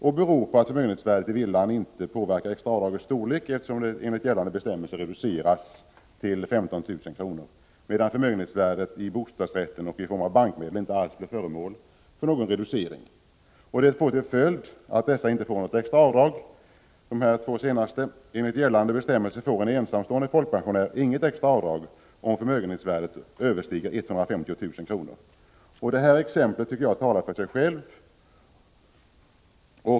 Orsaken är att förmögenhetsvärdet i fråga om villan inte påverkar det extra avdragets storlek, eftersom det enligt gällande bestämmelser reduceras till 15 000 kr. 15 Men när det gäller bostadsrättslägenheten och bankmedlen blir förmögenhetsvärdet inte alls föremål för någon reducering över huvud taget. Det får till följd att dessa folkpensionärer inte får något extra avdrag. Enligt gällande bestämmelser får nämligen den ensamstående folkpensionär som har tillgångar vars förmögenhetsvärde överstiger 150 000 kr. inget extra avdrag. Jag tycker att detta exempel talar för sig självt.